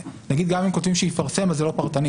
נגיד גם אם כותבים 'שיפרסם' אז זה לא פרטנית.